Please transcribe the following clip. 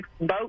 boat